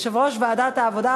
יושב-ראש ועדת העבודה,